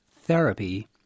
therapy